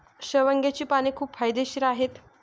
शेवग्याची पाने खूप फायदेशीर आहेत